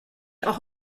auch